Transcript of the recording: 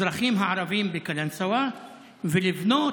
להרוס לאזרחים הערבים בקלנסווה ולבנות